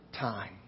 time